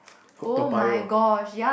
Toa-Payoh